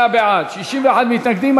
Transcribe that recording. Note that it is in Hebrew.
58 בעד, 61 מתנגדים.